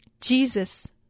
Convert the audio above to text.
Jesus